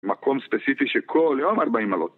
מקום ספציפי שכל יום ארבעים מעלות